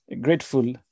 grateful